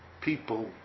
people